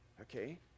Okay